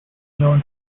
known